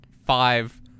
five